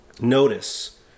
Notice